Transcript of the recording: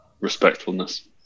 respectfulness